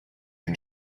une